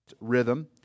rhythm